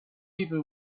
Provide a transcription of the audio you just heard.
people